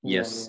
Yes